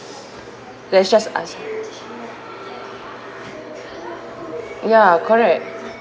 there's just us ya correct